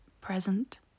present